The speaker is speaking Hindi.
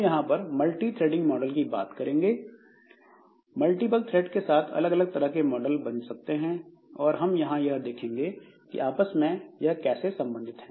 हम यहां पर मल्टीथ्रेडिंग मॉडल की बात करेंगे मल्टीपल थ्रेड के साथ अलग अलग तरह के मॉडल बन सकते हैं और हम यहां यह देखेंगे कि ये आपस में कैसे संबंधित है